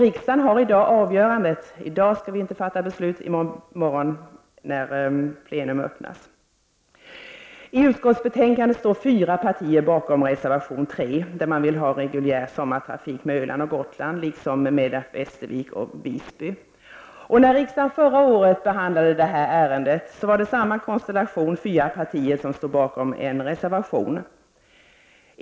Riksdagen har i dag avgörandet, men vi skall fatta beslut i morgon. I utskottet står fyra partier bakom reservation 3, där man föreslår reguljär sommartrafik mellan Öland och Gotland liksom mellan Västervik och Visby. När riksdagen förra året behandlade detta ärende var det samma konstellation av fyra partier som stod bakom en reservation.